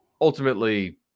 Ultimately